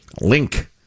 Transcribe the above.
Link